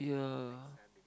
yeah